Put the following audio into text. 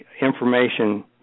information